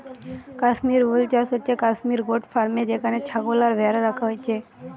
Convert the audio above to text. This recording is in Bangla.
কাশ্মীর উল চাষ হচ্ছে কাশ্মীর গোট ফার্মে যেখানে ছাগল আর ভ্যাড়া রাখা হইছে